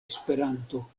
esperanto